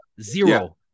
Zero